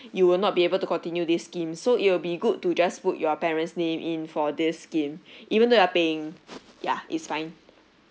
you will not be able to continue this scheme so it will be good to just put your parents name in for this scheme even though you're paying yeah it's fine